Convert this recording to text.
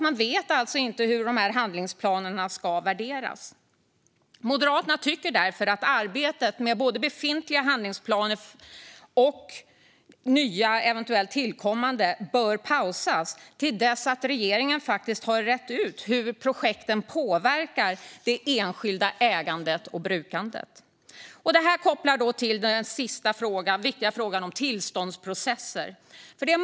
Man vet alltså inte hur handlingsplanerna ska värderas. Moderaterna tycker därför att arbetet med både befintliga handlingsplaner och nya eventuellt tillkommande bör pausas till dess att regeringen har rett ut hur projekten påverkar det enskilda ägandet och brukandet. Detta kopplar också till den viktiga frågan om tillståndsprocesser.